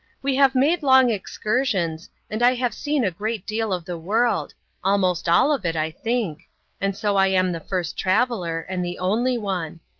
we have made long excursions, and i have seen a great deal of the world almost all of it, i think and so i am the first traveler, and the only one.